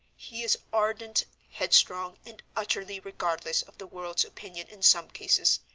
he is ardent, headstrong, and utterly regardless of the world's opinion in some cases.